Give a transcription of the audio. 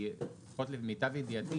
כי לפחות למיטב ידיעתי,